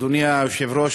אדוני היושב-ראש,